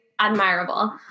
admirable